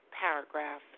paragraph